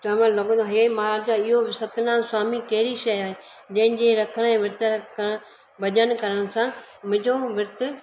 चवणु लॻो त हे महाराज इहो सतनाम स्वामी कहिद़ी शइ आहे जंहिंजे रखण ए विर्त रखण भजन करण सां मुंहिंजो विर्त